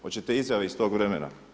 Hoćete izjave iz tog vremena.